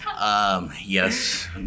Yes